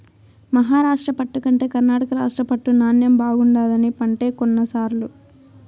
మహారాష్ట్ర పట్టు కంటే కర్ణాటక రాష్ట్ర పట్టు నాణ్ణెం బాగుండాదని పంటే కొన్ల సారూ